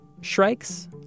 shrikes